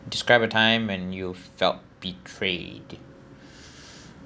describe a time when you've felt betrayed